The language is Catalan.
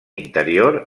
interior